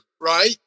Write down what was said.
Right